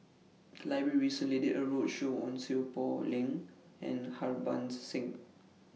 The Library recently did A roadshow on Seow Poh Leng and Harbans Singh